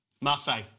Marseille